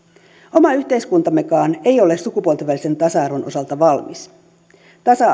oma yhteiskuntammekaan ei ole sukupuolten välisen tasa arvon osalta valmis tasa